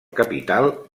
capital